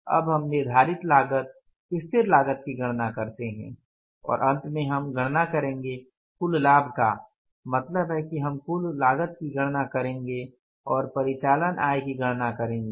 अब हम निर्धारित लागत स्थिर लागत की गणना करते हैं और अंत में हम गणना करेंगे कुल लाभ का मतलब है कि हम कुल लागत की गणना करेंगे और परिचालन आय की गणना करेंगे